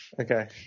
Okay